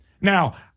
Now